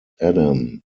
adam